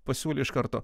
pasiūlė iš karto